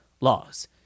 laws